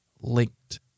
linked